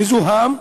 מזוהם,